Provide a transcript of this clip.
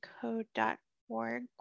code.org